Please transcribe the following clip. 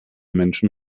menschen